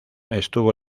estuvo